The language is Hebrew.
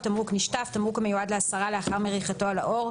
"תמרוק נשטף" תמרוק המיועד להסרה לאחר מריחתו על העור,